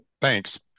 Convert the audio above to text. Thanks